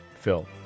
Phil